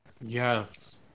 Yes